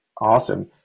Awesome